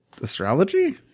astrology